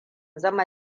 zama